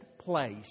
place